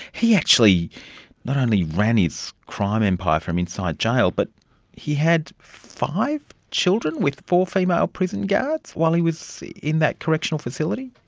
he actually not only ran his crime empire from inside jail but he had five children with four female prison guards while he was in that correctional facility.